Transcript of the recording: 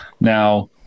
now